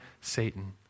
Satan